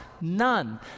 None